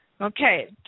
Okay